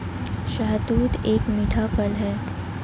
शहतूत एक मीठा फल है